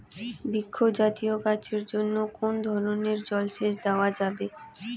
বৃক্ষ জাতীয় গাছের জন্য কোন ধরণের জল সেচ দেওয়া যাবে?